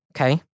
Okay